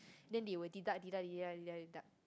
then will deduct deduct deduct deduct deduct deduct